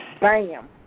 bam